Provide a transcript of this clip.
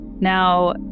Now